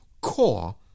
core